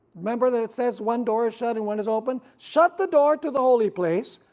remember that it says one door is shut and when is open, shut the door to the holy place,